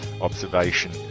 observation